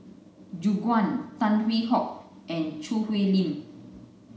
Gu Juan Tan Hwee Hock and Choo Hwee Lim